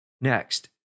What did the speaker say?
Next